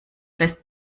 lässt